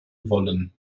wollen